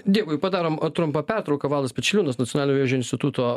dėkui padarom trumpą pertrauką valdas pečeliūnas nacionalinio vėžio instituto